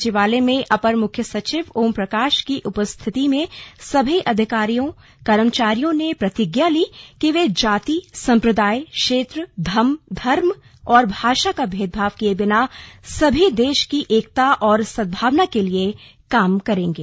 संचिवालय में अपर मुख्य सचिव ओमप्रकाश की उपस्थिति में सभी अधिकारियों कर्मचारियों ने प्रतिज्ञा ली कि वे जाति सम्प्रदाय क्षेत्र धर्म और भाषा का भेदभाव किए बिना सभी देश की एकता और सद्भावना के लिए काम करेंगे